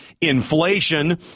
inflation